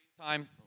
time